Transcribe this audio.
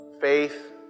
faith